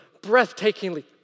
breathtakingly